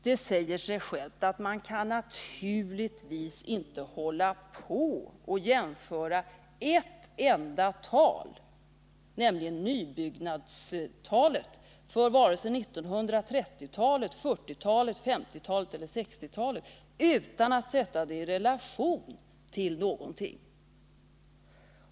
Det säger sig självt att man inte kan jämföra ett enda tal, nämligen nybyggnadstalet, från 1930-talet, 1940-talet, 1950-talet och 1960-talet utan att sätta det i relation till någonting.